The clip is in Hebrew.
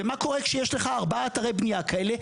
ומה קורה כשיש לך ארבעה אתרי בניה כאלה?